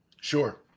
Sure